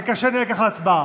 זה קשה לנהל כך הצבעה.